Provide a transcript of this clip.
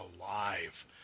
alive